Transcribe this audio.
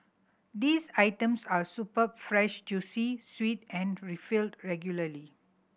these items are superb fresh juicy sweet and refilled regularly